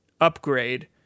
upgrade